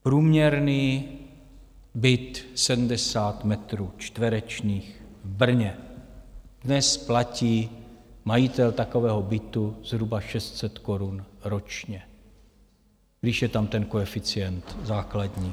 Průměrný byt 70 metrů čtverečních v Brně dnes platí majitel takového bytu zhruba 600 korun ročně, když je tam ten koeficient základní.